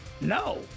No